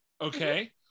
Okay